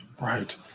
Right